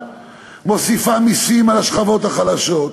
מוסיפה מסים על השכבות החלשות,